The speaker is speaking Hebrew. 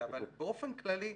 אבל באופן כללי,